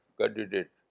candidate